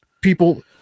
people